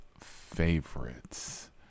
favorites